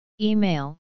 Email